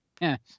Yes